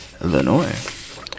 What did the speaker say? Illinois